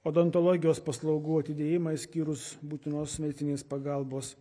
odontologijos paslaugų atidėjimą išskyrus būtinos medicininės pagalbos